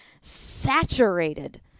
saturated